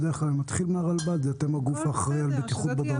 בדרך כלל אני מתחיל מהרלב"ד שהוא הגוף האחראי על הבטיחות בדרכים.